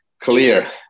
clear